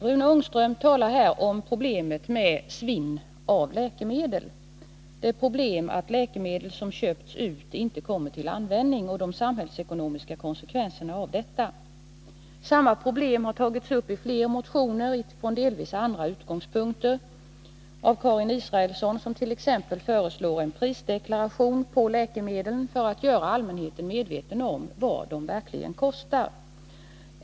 Rune Ångström talar om problemet med svinn av läkemedel, det problemet att läkemedel som köps ut inte kommer till användning och de samhällsekonomiska konsekvenserna av detta. Samma problem har tagits upp i flera motioner utifrån delvis andra utgångspunkter. Karin Israelsson t.ex. har föreslagit en prisdeklaration på läkemedlen för att göra allmänheten medveten om vad läkemedlen verkligen kostar.